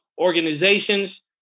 organizations